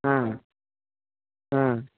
ఆ ఆ